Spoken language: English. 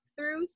throughs